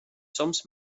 soms